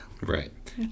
Right